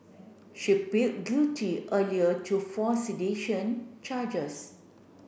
she build guilty earlier to four sedition charges